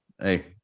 Hey